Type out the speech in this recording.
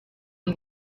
ngo